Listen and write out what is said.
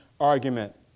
argument